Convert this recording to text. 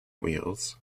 wheels